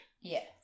yes